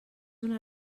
una